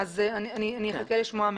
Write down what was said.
אני אחכה לשמוע מהם.